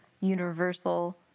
universal